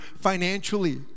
financially